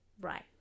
right